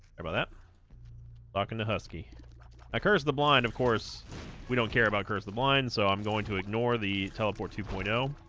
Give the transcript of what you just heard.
about that lock in the husky i curse the blind of course we don't care about curse the blind so i'm going to ignore the teleport two point zero